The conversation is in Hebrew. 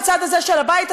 בצד הזה של הבית,